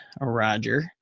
Roger